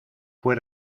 fue